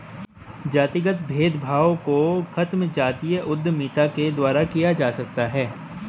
जातिगत भेदभाव को खत्म जातीय उद्यमिता के द्वारा किया जा सकता है